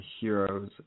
Heroes